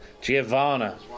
Giovanna